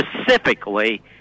specifically